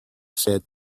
said